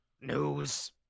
News